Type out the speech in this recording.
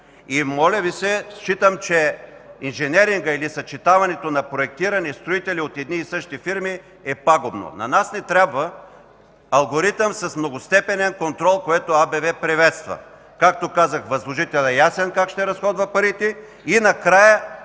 Моля Ви, считам, че инженерингът или съчетаването на проектиране и строители от едни и същи фирми е пагубно. На нас ни трябва алгоритъм с многостепенен контрол, което АБВ приветства – както казах, ясно е възложителят как ще разходва парите, и накрая